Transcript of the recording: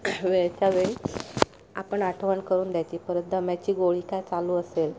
वेळच्यावेळी आपण आठवण करून द्यायची परत दम्याची गोळी काय चालू असेल